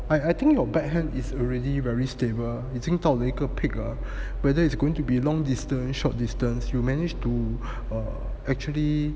I I think your backhand is already very stable 已经到了一个 peak or whether it's going to be long distance short distance you manage to err actually